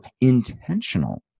intentional